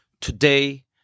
today